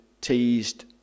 teased